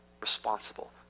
responsible